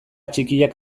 txikiak